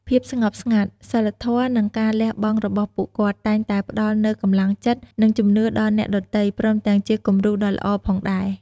ភាពស្ងប់ស្ងាត់ សីលធម៌ និងការលះបង់របស់ពួកគាត់ តែងតែផ្ដល់នូវកម្លាំងចិត្ត និងជំនឿដល់អ្នកដទៃ ព្រមទាំងជាគំរូដ៏ល្អផងដែរ។